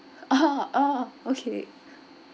orh orh okay